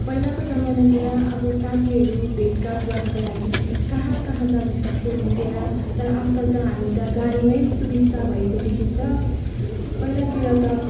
पहिलाको जमानातिर अब साथीहरू भेटघाट गर्नको लागि कहाँ कहाँ जानु पर्थ्यो हिँडेर तर आजकल त हामी त गाडीमै सुबिस्ता भएको देखिन्छ पहिलातिर त